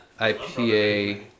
IPA